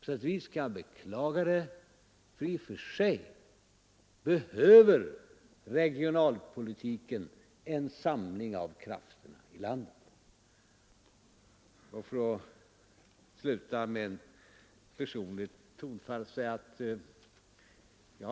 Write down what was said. På sätt och vis kan jag beklaga det, för i och för sig behöver regionalpolitiken en samling av krafterna i landet. Vi har nu genomkämpat den traditionella generaldebatten.